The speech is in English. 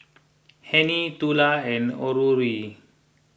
Hennie Tula and Aurore